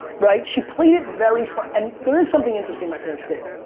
right? she played it very smart and there is something interesting my parents did.